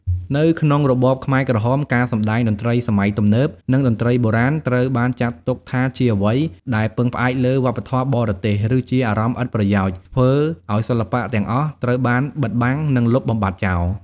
នៅក្នុងរបបខ្មែរក្រហម ការសម្តែងតន្ត្រីសម័យទំនើប និងតន្ត្រីបុរាណ ត្រូវបានចាត់ទុកថាជាអ្វីដែលពឹងផ្អែកលើវប្បធម៌បរទេស ឬជាអារម្មណ៍ឥតប្រយោជន៍ ធ្វើឲ្យសិល្បៈទាំងអស់ត្រូវបានបិទបាំង និងលុបបំបាត់ចោល។